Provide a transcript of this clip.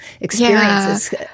experiences